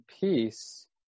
peace